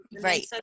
right